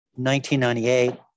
1998